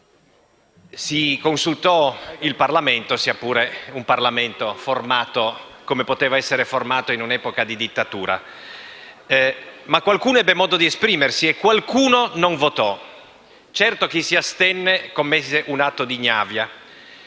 Si consultò il Parlamento, sia pure un Parlamento quale poteva essere quello formato in un'epoca di dittatura. Ma qualcuno ebbe modo di esprimersi e qualcuno non votò. Certo, chi si astenne commise un atto di ignavia.